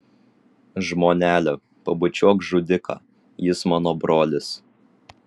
žmonele pabučiuok žudiką jis mano brolis